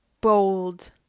bold